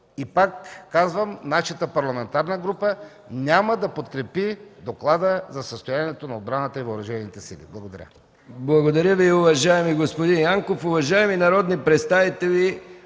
Пак казвам: нашата парламентарна група няма да подкрепи Доклада за състоянието на отбраната и Въоръжените сили. Благодаря. ПРЕДСЕДАТЕЛ МИХАИЛ МИКОВ: Благодаря Ви, уважаеми господин Янков. Уважаеми народни представители,